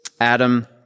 Adam